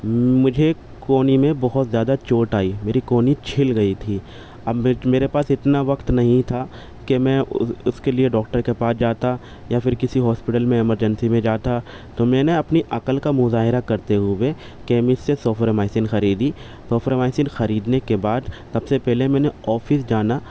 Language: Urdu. مجھے کہنی میں بہت زیادہ چوٹ آئی میری کہنی چھل گئی تھی اب میرے پاس اتنا وقت نہیں تھا کہ میں اس کے لیے ڈاکٹر کے پاس جاتا یا پھر کسی ہاسپٹل میں ایمرجنسی میں جاتا تو میں نے اپنی عقل کا مظاہرہ کرتے ہوئے کیمسٹ سے سوفرامائسن خریدی سوفرامائسن خریدنے کے بعد سب سے پہلے میں نے آفس جانا